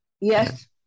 Yes